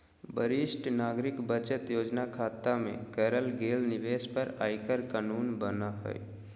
वरिष्ठ नागरिक बचत योजना खता में करल गेल निवेश पर आयकर कानून बना हइ